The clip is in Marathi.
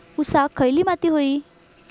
ऊसाक खयली माती व्हयी?